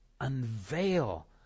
unveil